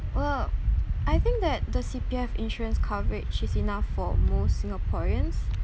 well I think that the C_P_F insurance coverage is enough for most singaporeans